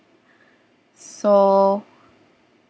so